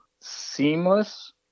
seamless